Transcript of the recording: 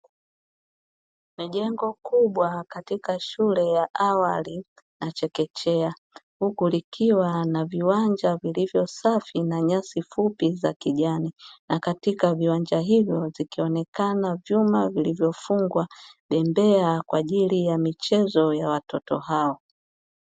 Kwenye jengo kubwa katika shule ya awali na chekechea, huku likiwa na viwanja vilivyo safi na nyasi fupi za kijani. Na katika viwanja hivyo vikionekana vyuma vilivyofungwa bembea kwa ajili ya michezo ya watoto hawa.